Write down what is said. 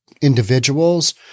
individuals